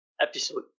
episode